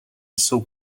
jsou